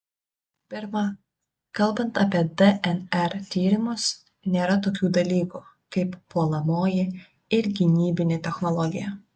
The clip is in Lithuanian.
pirma kalbant apie dnr tyrimus nėra tokių dalykų kaip puolamoji ir gynybinė technologija